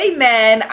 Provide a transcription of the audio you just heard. Amen